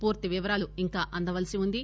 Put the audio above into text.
పూర్తి వివరాలు ఇంకా అందవలసి ఉంది